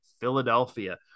Philadelphia